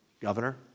Governor